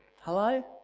Hello